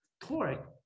torque